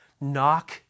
Knock